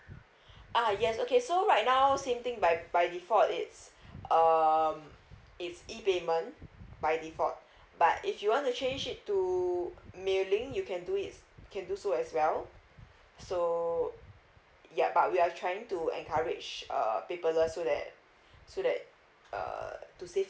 ah yes okay so right now same thing by by default it's um it's E payment by default but if you want to change it to mailing you can do it you can do so as well so yup but we are trying to encourage uh paperless so that so that uh to save